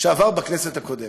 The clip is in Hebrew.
שעבר בכנסת הקודמת.